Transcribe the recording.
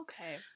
okay